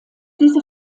diese